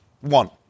one